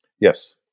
Yes